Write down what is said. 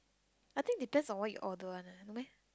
I think depends on what you order one leh no meh